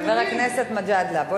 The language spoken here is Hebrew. חבר הכנסת מג'אדלה.